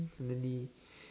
suddenly